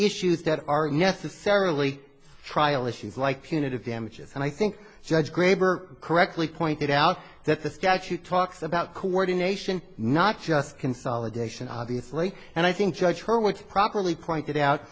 issues that are necessarily trial issues like punitive damages and i think judge graber correctly pointed out that the statute talks about coordination not just consolidation obviously and i think judge her work properly pointed out